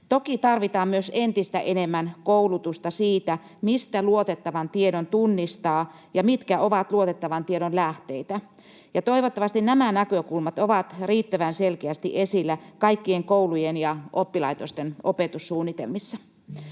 Toki tarvitaan myös entistä enemmän koulutusta siitä, mistä luotettavan tiedon tunnistaa ja mitkä ovat luotettavan tiedon lähteitä. Toivottavasti nämä näkökulmat ovat riittävän selkeästi esillä kaikkien koulujen ja oppilaitosten opetussuunnitelmissa.